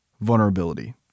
vulnerability